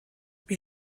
wie